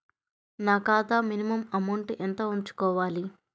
నా ఖాతా minimum amount ఎంత ఉంచుకోవాలి?